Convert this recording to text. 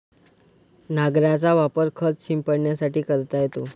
नांगराचा वापर खत शिंपडण्यासाठी करता येतो